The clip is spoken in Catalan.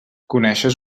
coneixes